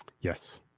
yes